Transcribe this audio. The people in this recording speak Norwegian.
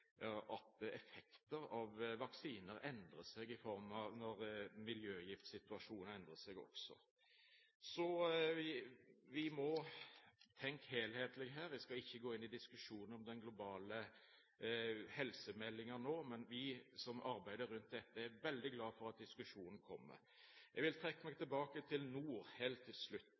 av vaksiner endrer seg når også miljøgiftsituasjonen endrer seg. Vi må tenke helhetlig her. Jeg skal ikke gå inn i diskusjonen om den globale helsemeldingen nå, men vi som arbeider rundt dette, er veldig glad for at diskusjonen kommer. Til slutt vil jeg trekke meg tilbake til